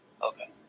Okay